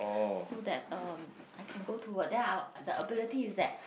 so that um I can go to work then I'll the ability is that